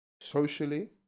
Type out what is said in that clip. socially